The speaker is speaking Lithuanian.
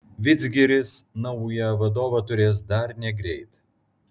vidzgiris naują vadovą turės dar negreit